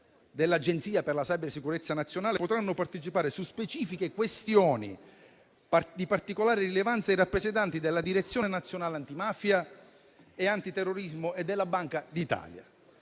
dell'Agenzia per la cybersicurezza nazionale potranno partecipare su specifiche questioni di particolare rilevanza i rappresentanti della Direzione nazionale antimafia e antiterrorismo e della Banca d'Italia.